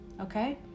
okay